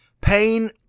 Pain